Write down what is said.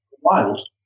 wild